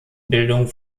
bildung